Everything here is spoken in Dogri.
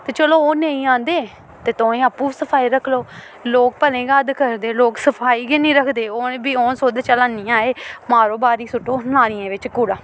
ते चलो ओह् नेईं आंदे ते तुहें आपूं बी सफाई रक्खी लै लोक भलें गै हद्द करदे लोक सफाई गै निं रखदे ओह् सोचदे चलो हैनी आए एह् मारो ब्हारी सुट्टो नालियें बिच्च कूड़ा